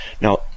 Now